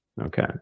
Okay